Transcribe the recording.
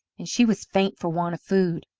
and she was faint for want of food.